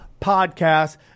Podcast